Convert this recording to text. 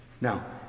now